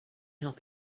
help